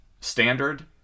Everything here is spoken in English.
Standard